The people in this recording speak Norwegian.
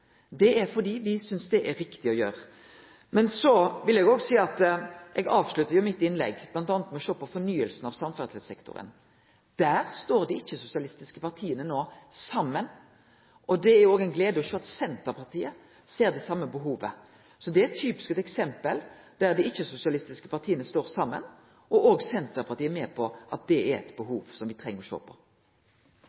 Det er fordi me synest det er riktig å gjere det. Så vil eg òg seie at eg avslutta mitt innlegg m.a. med å ta til orde for å sjå på ei fornying av samferdselssektoren. Der står dei ikkje-sosialistiske partia no saman, og det er ei glede å sjå at Senterpartiet ser det same behovet. Det er eit typisk eksempel der dei ikkje-sosialistiske partia står saman, og der Senterpartiet er med på at det er eit